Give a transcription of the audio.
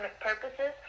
purposes